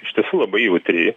iš tiesų labai jautri